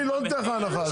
אני לא נותן לך הנחה.